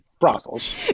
brothels